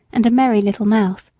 and a merry little mouth.